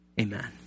amen